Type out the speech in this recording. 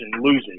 losing